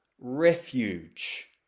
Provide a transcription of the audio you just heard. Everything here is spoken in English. refuge